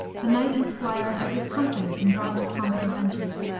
the knight and squire are discomfited in broadly comic adventures,